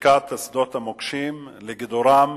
לבדיקת שדות המוקשים, לגידורם,